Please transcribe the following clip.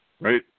right